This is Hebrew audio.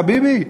חביבי,